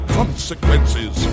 consequences